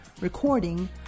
recording